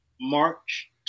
March